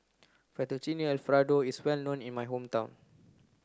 Fettuccine Alfredo is well known in my hometown